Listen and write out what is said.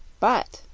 but,